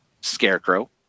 Scarecrow